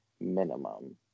minimum